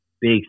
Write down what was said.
big